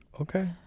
Okay